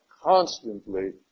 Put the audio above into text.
constantly